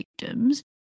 victims